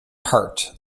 part